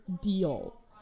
deal